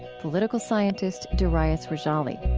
political scientist darius rejali